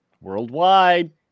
Worldwide